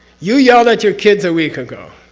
you yelled at your kids a week ago,